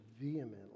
vehemently